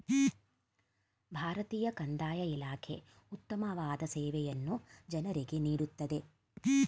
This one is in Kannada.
ಭಾರತೀಯ ಕಂದಾಯ ಇಲಾಖೆ ಉತ್ತಮವಾದ ಸೇವೆಯನ್ನು ಜನರಿಗೆ ನೀಡುತ್ತಿದೆ